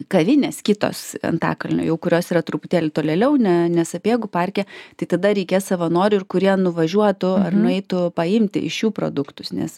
kavinės kitos antakalnio jau kurios yra truputėlį tolėliau ne ne sapiegų parke tai tada reikės savanorių ir kurie nuvažiuotų ar nueitų paimti iš jų produktus nes